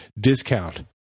discount